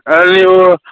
అయ్యో